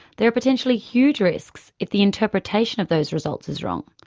there are potentially huge risks if the interpretation of those results is wrong.